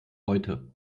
heute